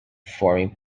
forming